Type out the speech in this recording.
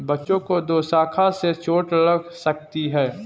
बच्चों को दोशाखा से चोट लग सकती है